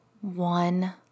one